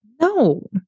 No